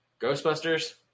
Ghostbusters